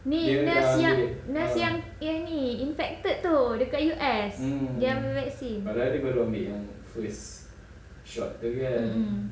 ni nurse yang nurse yang yang ni infected tu dekat U_S yang vaksin mm mm